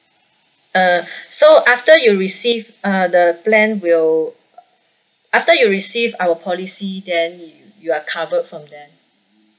uh so after you receive uh the plan will after you receive our policy then you are covered from then